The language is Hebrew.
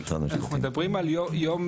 אנחנו מדברים על יום,